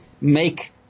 make